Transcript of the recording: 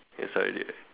yes hi there